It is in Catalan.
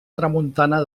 tramuntana